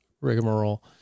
rigmarole